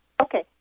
Okay